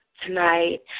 tonight